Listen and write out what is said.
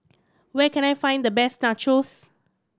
where can I find the best Nachos